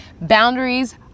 boundaries